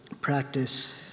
practice